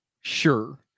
Sure